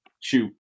Shoot